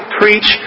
preach